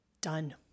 Done